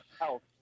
health